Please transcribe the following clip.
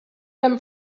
them